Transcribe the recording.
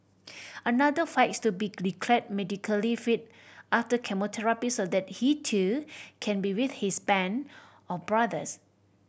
another fights to be declared medically fit after so that he too can be with his band of brothers